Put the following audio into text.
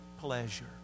pleasure